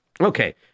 Okay